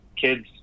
kids